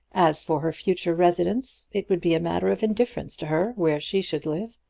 as for her future residence, it would be a matter of indifference to her where she should live,